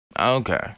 Okay